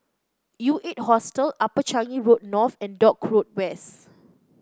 U Eight Hostel Upper Changi Road North and Dock Road West